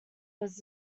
was